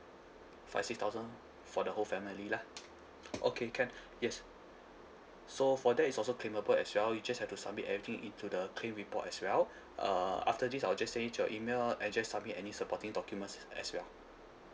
five six thousand for the whole family lah okay can yes so for that it's also claimable as well you just have to submit everything into the claim report as well uh after this I'll just send it to your email address submit any supporting documents as well